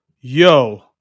Yo